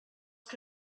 que